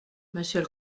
monsieur